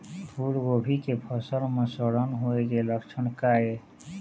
फूलगोभी के फसल म सड़न होय के लक्षण का ये?